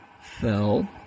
fell